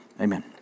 Amen